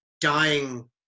dying